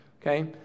okay